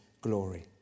glory